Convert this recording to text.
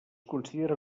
considera